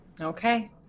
okay